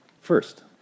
First